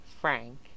Frank